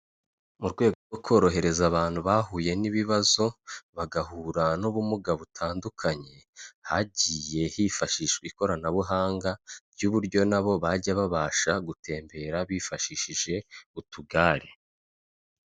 Mu rwego rwo korohereza abantu bahuye n'ibibazo bagahura n'ubumuga butandukanye, hagiye hifashishwa ikoranabuhanga ry'uburyo nabo bajya babasha gutembera bifashishije utugare.